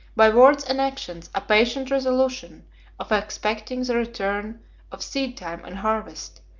by words and actions, a patient resolution of expecting the return of seed-time and harvest,